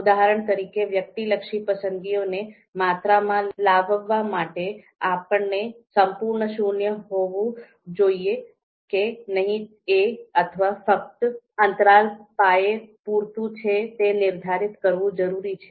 ઉદાહરણ તરીકે વ્યક્તિલક્ષી પસંદગીઓને માત્રામાં લાવવા માટે આપણને સંપૂર્ણ શૂન્ય હોવું જોઈએ કે નહીં કે અથવા ફક્ત અંતરાલ પાયે પૂરતું છે તે નિર્ધારિત કરવું જરૂરી છે